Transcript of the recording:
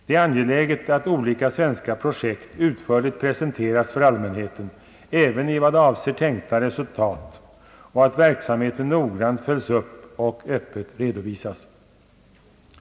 Det är angeläget att olika svenska projekt utförligt presenteras för allmänheten även i vad avser tänkta resultat och att verksamheten noggrant följes upp och öppet redovisas.